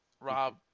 Rob